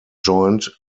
joined